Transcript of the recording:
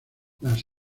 las